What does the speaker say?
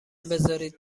بزارید